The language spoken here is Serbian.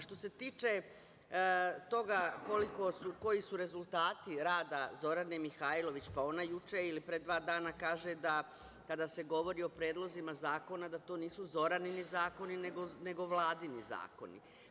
Što se tiče toga koji su rezultati rada Zorane Mihajlović, pa ona juče ili pre dva dana kaže da kada se govori o predlozima zakona da to nisu Zoranini zakoni, nego Vladini zakoni.